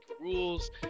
rules